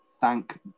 Thank